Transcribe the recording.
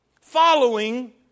Following